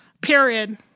period